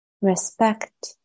respect